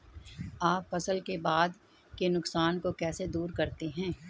आप फसल के बाद के नुकसान को कैसे दूर करते हैं?